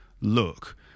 look